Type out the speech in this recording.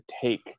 take